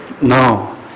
No